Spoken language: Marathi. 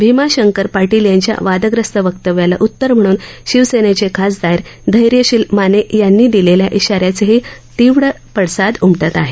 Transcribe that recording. भीमाशंकर पाटील यांच्या वादग्रस्त वक्तव्याला उत्तर म्हणून शिवसेनेचे खासदार धैर्यशील माने यांनी दिलेल्या इशाऱ्याचेही तीव्र पडसाद उमटत आहेत